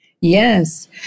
Yes